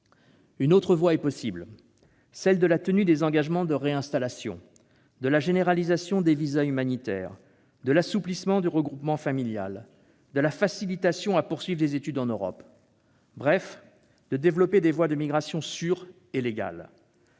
Une autre voie est possible, celle de la tenue des engagements de réinstallation, de la généralisation des visas humanitaires, de l'assouplissement du regroupement familial, de la facilitation à poursuivre des études en Europe. Bref, il s'agirait de développer des voies de migration sûres et légales.